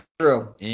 true